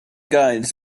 guides